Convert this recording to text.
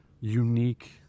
unique